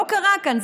לא קרה כאן,